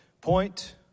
Point